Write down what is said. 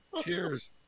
Cheers